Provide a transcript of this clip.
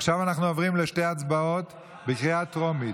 עכשיו אנחנו עוברים לשתי הצבעות בקריאה טרומית.